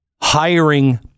hiring